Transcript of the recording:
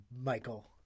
Michael